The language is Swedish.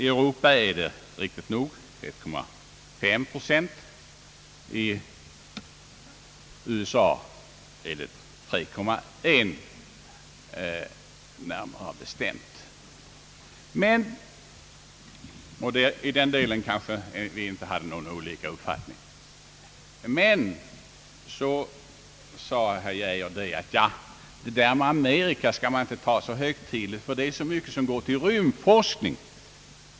Vi var kanske överens om att siffran för Europa är 1,5 procent och för USA 3,1 procent, men sedan sade herr Geijer att siffran för Amerika skall man inte ta för högtidligt — och detta därför att så mycket pengar går till rymdforskning.